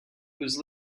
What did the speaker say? whose